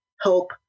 help